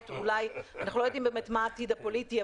אנחנו לא יודעים מה העתיד הפוליטי.